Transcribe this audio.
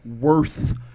worth